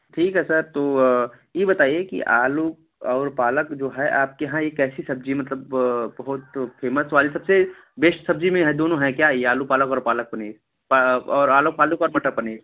ठीक है सर तो ये बताइए कि आलू और पालक जो है आपके यहाँ ये कैसी सब्ज़ी है मतलब बहुत फ़ेमस वाली सबसे बेष्ट सब्ज़ी में है दोनों है ये क्या आलू पालक और पालक पनीर और आलू पालक और मटर पनीर